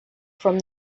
from